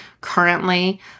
currently